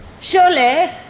surely